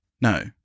No